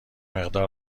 مقدار